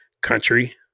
country